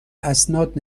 اسناد